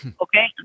Okay